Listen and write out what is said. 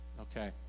Okay